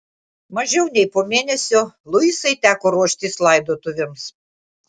mažiau nei po mėnesio luisai teko ruoštis laidotuvėms